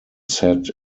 set